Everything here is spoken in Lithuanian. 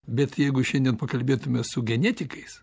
bet jeigu šiandien pakalbėtume su genetikais